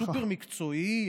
סופר-מקצועי.